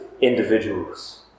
individuals